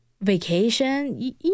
Vacation